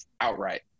outright